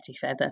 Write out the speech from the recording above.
Feather